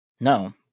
No